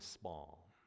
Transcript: small